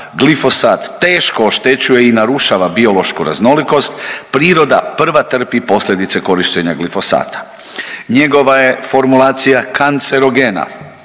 glifosat teško oštećuje i narušava biološku raznolikost, priroda prva trpi posljedice korištenja glifosata. Njegova je formulacija kancerogena,